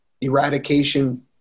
eradication